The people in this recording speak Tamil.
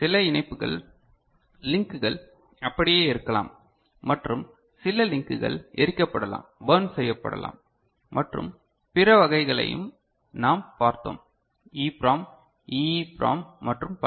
சில இணைப்புகள் லின்குகள் அப்படியே இருக்கலாம் மற்றும் சில லின்குகள் எரிக்கப்படலாம் பர்ன் செய்யப்படலாம் மற்றும் பிற வகைகளையும் நாம் பார்த்தோம் EPROM EEPROM மற்றும் பல